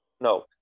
no